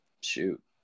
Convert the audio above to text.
Shoot